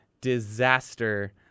disaster